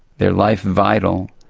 their life vital,